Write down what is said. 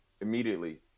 Immediately